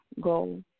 goal